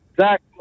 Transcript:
Zach